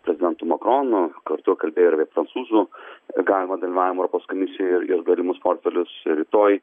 prezidentu makronu kartu kalbėjo ir apie prancūzų galimą dalyvavimą europos komisijoj ir ir galimus portfelius rytoj